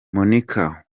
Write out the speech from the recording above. monica